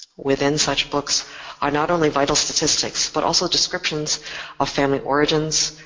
within such books are not only vital statistics but also descriptions of family origins,